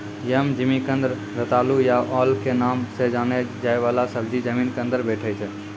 यम, जिमिकंद, रतालू या ओल के नाम सॅ जाने जाय वाला सब्जी जमीन के अंदर बैठै छै